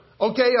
Okay